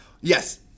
yes